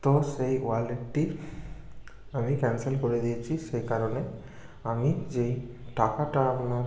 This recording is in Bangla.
তো সেই ওয়ালেটটি আমি ক্যানসেল করে দিয়েছি সে কারণে আমি যেই টাকাটা আপনার